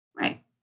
Right